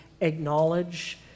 acknowledge